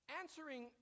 answering